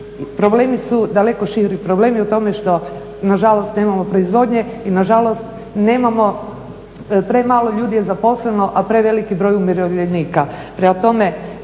Problemi su daleko širi, problem je u tome što nažalost nemamo proizvodnje, premalo ljudi je zaposleno a preveliki broj umirovljenika.